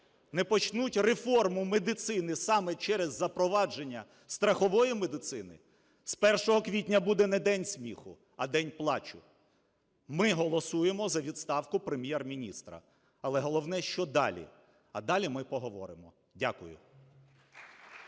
не почнуть реформу медицини саме через запровадження страхової медицини, з 1 квітня буде не День сміху, а день плачу. Ми голосуємо за відставку Прем'єр-міністра, але головне – що далі? А далі ми поговоримо. Дякую.